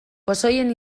pozoien